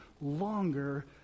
longer